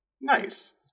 nice